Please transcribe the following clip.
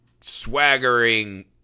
swaggering